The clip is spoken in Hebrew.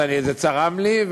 אז זה צרם לי,